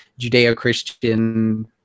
Judeo-Christian